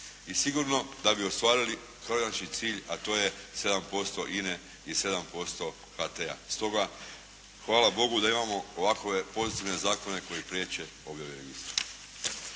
i sigurno da bi ostvarili konačni cilj a to je 7% INE i 7% HT-a. Stoga, hvala Bogu da imamo ovakve pozitivne Zakone koji priječe objavu registra.